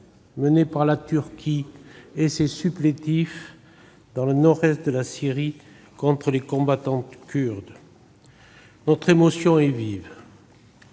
menée par la Turquie et ses supplétifs dans le nord-est de la Syrie contre les combattants kurdes. Notre émotion est vive,